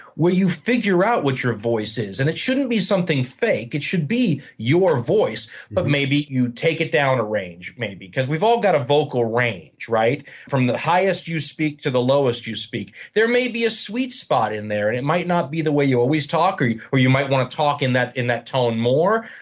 where you figure out what your voice is. and it shouldn't be something fake. it should be your voice but maybe you take it down a range, maybe. because we've all got a vocal range, right? from the highest you speak to the lowest you speak, there may be a sweet spot in there and it might not be the way you always talk, or you might want to talk in that in that tone more.